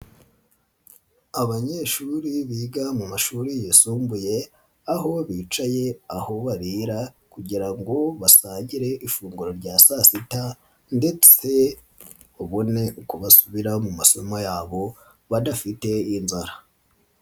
Abanyeshuri biga mu mashuri yisumbuye aho bicaye aho barira kugira ngo basangire ifunguro rya saa sita ndetse babone uko basubira mu masomo yabo badafite inzara.